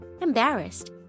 embarrassed